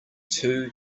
two